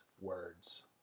words